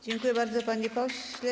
Dziękuję bardzo, panie pośle.